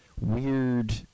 weird